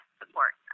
support